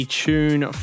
tune